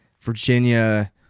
Virginia